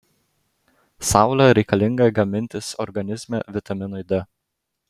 saulė reikalinga gamintis organizme vitaminui d